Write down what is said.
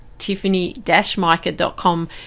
tiffany-mica.com